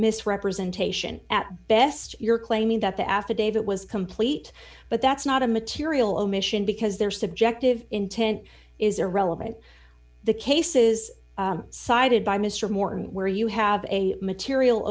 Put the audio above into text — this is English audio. misrepresentation at best you're claiming that the affidavit was complete but that's not a material omission because their subjective intent is irrelevant the cases cited by mr morton where you have a material